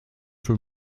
für